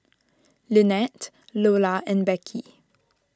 Lynnette Loula and Beckie